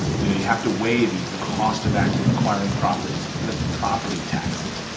you know, you have to weigh the the cost of acquiring properties. the property taxes,